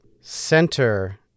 center